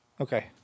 okay